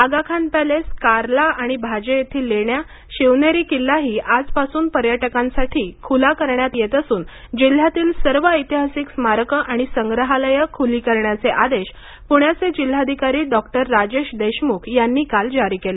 Aga Khan palace Karla आणि भाजे येथील लेण्या शिवनेरी किल्लाही आज पासून पर्यटकांसाठी खूला करण्यात येत असून जिल्ह्यातील सर्व ऐतिहासिक स्मारक आणि संग्रहालयं खुली करण्याचे आदेश पुण्याचे जिल्हाधिकारी डॉक्टर राजेश देशमुख यांनी काल जारी केले